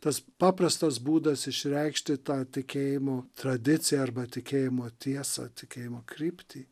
tas paprastas būdas išreikšti tą tikėjimo tradiciją arba tikėjimo tiesą tikėjimo kryptį